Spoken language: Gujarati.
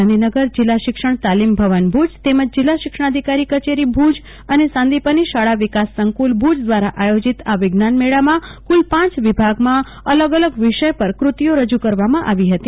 ગાંધોનગર જિલ્લા શિક્ષણ તાલીમ ભવન ભુજ તેમજ જિલ્લા શિક્ષણાધિકારી કચેરી ભુજ અન સાંદિપની શાળા વિકાસ સંકુલ ભુજ દવારા આયોજીત આ વિજ્ઞાન મેળામાં કલ પાંચ વિભાગમાં અલગ અલગ વિષય પર કૃતિઓ રજુ કરવામાં આવી હતી